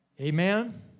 Amen